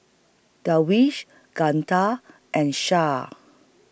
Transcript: Darwish Guntur and Shah